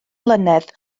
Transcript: mlynedd